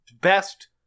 best